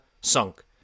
sunk